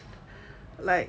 like